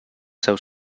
seus